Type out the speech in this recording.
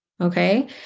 Okay